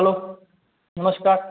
hello નમસ્કાર